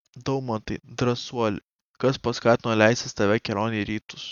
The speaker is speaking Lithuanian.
daumantai drąsuoli kas paskatino leistis tave kelionei į rytus